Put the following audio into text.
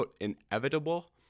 inevitable